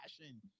passion